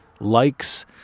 likes